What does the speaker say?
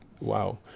Wow